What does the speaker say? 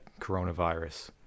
coronavirus